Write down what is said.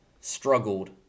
struggled